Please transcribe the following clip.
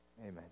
amen